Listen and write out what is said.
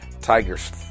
tiger's